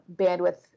bandwidth